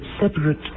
separate